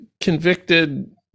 convicted